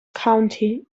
county